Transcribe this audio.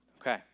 Okay